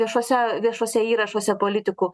viešuose viešuose įrašuose politikų